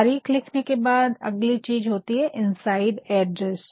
तारीख लिखने के बाद अगली चीज़ होती है इनसाइड एड्रेस